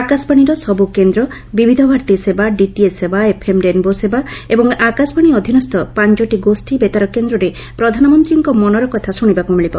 ଆକାଶବାଶୀର ସବୁ କେନ୍ଦ ବିବିଧ ଭାରତୀ ସେବା ଡିଟିଏଚ୍ ସେବା ଏଫ୍ଏମ୍ ରେନ୍ବୋ ସେବା ଏବଂ ଆକାଶବାଣୀ ଅଧୀନସ୍ ପାଞ୍ଚଟି ଗୋଷୀ ବେତାର କେନ୍ଦରେ ପ୍ରଧାନମନ୍ତୀଙ୍କ ମନର କଥା ଶୁଶିବାକୁ ମିଳିବ